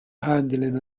handling